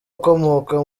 akomoka